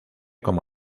como